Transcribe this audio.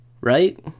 right